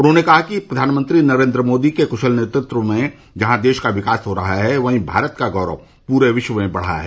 उन्होंने कहा कि प्रधानमंत्री नरेन्द्र मोदी के कुशल नेतृत्व में जहां देश का विकास हो रहा है वहीं भारत का गौरव पूरे विश्व में बढ़ा है